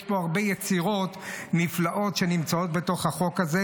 יש פה הרבה יצירות נפלאות שנמצאות בחוק הזה.